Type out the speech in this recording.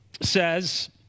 says